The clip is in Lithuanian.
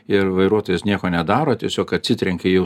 ir vairuotojas nieko nedaro tiesiog atsitrenkia į jau